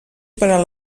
per